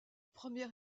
première